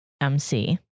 mc